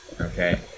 okay